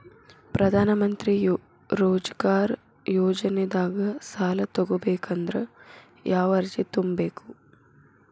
ಪ್ರಧಾನಮಂತ್ರಿ ರೋಜಗಾರ್ ಯೋಜನೆದಾಗ ಸಾಲ ತೊಗೋಬೇಕಂದ್ರ ಯಾವ ಅರ್ಜಿ ತುಂಬೇಕು?